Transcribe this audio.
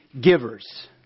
givers